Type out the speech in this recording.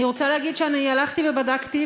אני רוצה להגיד שאני הלכתי ובדקתי,